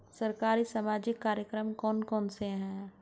सरकारी सामाजिक कार्यक्रम कौन कौन से हैं?